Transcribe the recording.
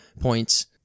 points